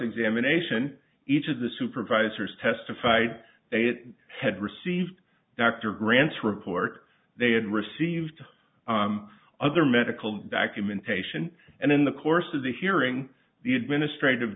examination each of the supervisors testified they had received dr grant's report they had received other medical documentation and in the course of the hearing the administrative